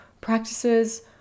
practices